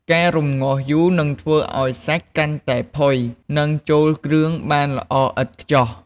ការរម្ងាស់យូរនឹងធ្វើឱ្យសាច់កាន់តែផុយ និងចូលគ្រឿងបានល្អឥតខ្ចោះ។